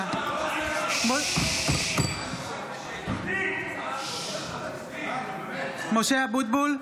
(קוראת בשמות חברי הכנסת) משה אבוטבול,